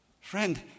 Friend